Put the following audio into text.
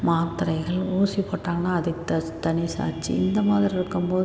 மாத்திரைகள் ஊசி போட்டாங்கனா அதுக்குத் தஸ் தனி சார்ஜி இந்த மாதிரி இருக்கும் போது